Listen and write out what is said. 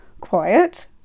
quiet